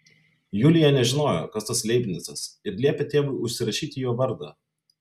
julija nežinojo kas tas leibnicas ir liepė tėvui užsirašyti jo vardą